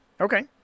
Okay